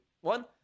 one